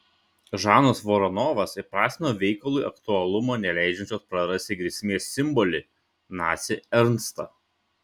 žanas voronovas įprasmino veikalui aktualumo neleidžiančios prarasti grėsmės simbolį nacį ernstą